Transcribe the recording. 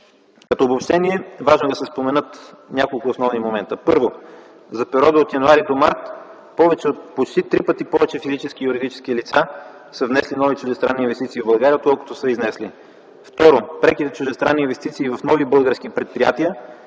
Като обобщение, важно е да се споменат няколко основни момента: Първо, за периода от м. януари до м. март почти три пъти повече физически и юридически лица са внесли нови чуждестранни инвестиции в България, отколкото са изнесли. Второ, преките чуждестранни инвестиции в нови български предприятия